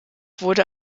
wurde